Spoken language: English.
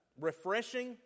refreshing